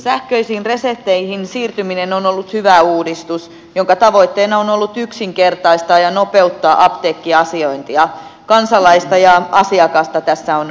sähköisiin resepteihin siirtyminen on ollut hyvä uudistus jonka tavoitteena on ollut yksinkertaistaa ja nopeuttaa apteekkiasiointia kansalaista ja asiakasta tässä on ajateltu